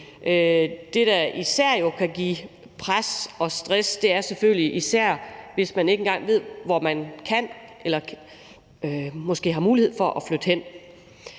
Det, der jo især kan give pres og stress, er selvfølgelig, hvis man ikke engang ved, hvor man har mulighed for måske at flytte hen.